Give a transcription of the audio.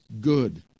good